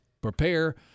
Prepare